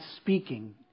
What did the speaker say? speaking